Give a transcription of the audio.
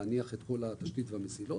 להניח את כל התשתית והמסילות,